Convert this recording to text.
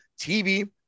TV